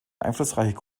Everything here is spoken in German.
einflussreiche